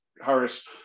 Harris